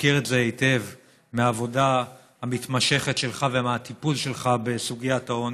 מכיר את זה היטב מהעבודה המתמשכת שלך ומהטיפול שלך בסוגיית העוני.